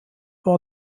war